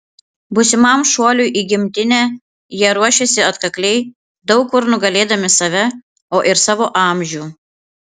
būsimam šuoliui į gimtinę jie ruošėsi atkakliai daug kur nugalėdami save o ir savo amžių